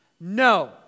no